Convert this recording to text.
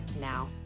now